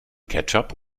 ketchup